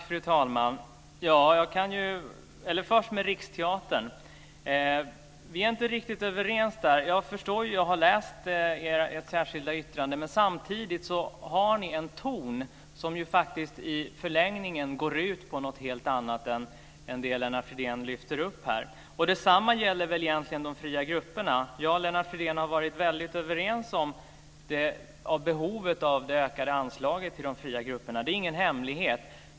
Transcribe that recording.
Fru talman! Vi är inte riktigt överens när det gäller Riksteatern. Jag har läst ert särskilda yttrande. Ni har samtidigt en ton som i förlängningen går ut på något helt annat än det som Lennart Fridén lyfter upp här. Detsamma gäller egentligen också de fria grupperna. Jag och Lennart Fridén har varit överens om behovet av det ökade anslaget till de fria grupperna. Det är ingen hemlighet.